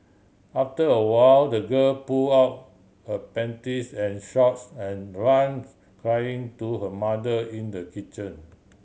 after a while the girl pull out her panties and shorts and ran crying to her mother in the kitchen